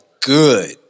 good